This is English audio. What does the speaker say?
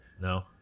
No